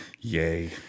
Yay